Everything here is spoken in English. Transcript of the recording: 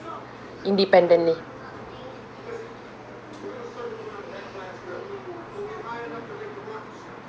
independently